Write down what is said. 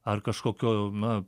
ar kažkokio na